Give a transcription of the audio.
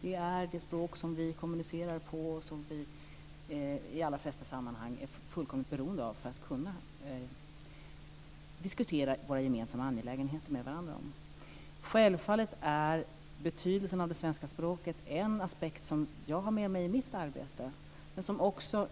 Det är det språk som vi kommunicerar på och som vi i de allra flesta sammanhang är fullkomligt beroende av för att kunna diskutera våra gemensamma angelägenheter med varandra. Självfallet är betydelsen av det svenska språket en aspekt som jag har med mig i mitt arbete, men det är också något som